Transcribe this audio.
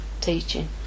teaching